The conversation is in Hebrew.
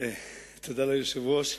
אדוני היושב-ראש,